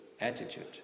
attitude